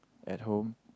at home